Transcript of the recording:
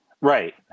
Right